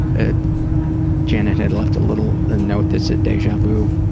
ah janet had left a little ah note that said deja vu.